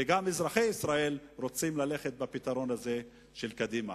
וגם אזרחי ישראל רוצים ללכת לפתרון של קדימה.